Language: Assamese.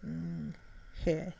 সেইয়াই